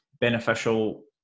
beneficial